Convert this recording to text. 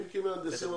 מהנדסים,